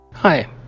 Hi